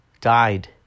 died